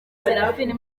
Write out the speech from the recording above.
seraphine